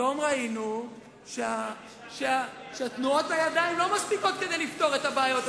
פתאום ראינו שתנועות הידיים לא מספיקות כדי לפתור את הבעיות,